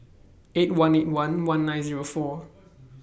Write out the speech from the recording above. eight one eight one one nine Zero four